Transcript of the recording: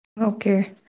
Okay